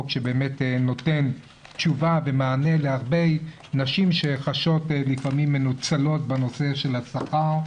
חוק שנותן תשובה ומענה להרבה נשים שחשות לפעמים מנוצלות בנושא של השכר.